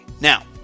Now